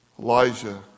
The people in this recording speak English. Elijah